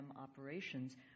operations